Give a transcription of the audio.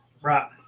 Right